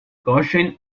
goshen